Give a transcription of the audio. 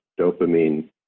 dopamine